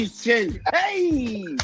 hey